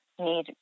need